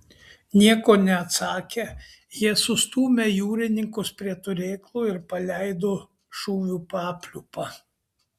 nieko neatsakę jie sustūmę jūrininkus prie turėklų ir paleido šūvių papliūpą